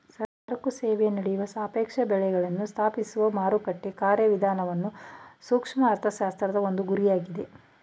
ಸರಕು ಸೇವೆ ನಡೆಯುವ ಸಾಪೇಕ್ಷ ಬೆಳೆಗಳನ್ನು ಸ್ಥಾಪಿಸುವ ಮಾರುಕಟ್ಟೆ ಕಾರ್ಯವಿಧಾನವನ್ನು ಸೂಕ್ಷ್ಮ ಅರ್ಥಶಾಸ್ತ್ರದ ಒಂದು ಗುರಿಯಾಗಿದೆ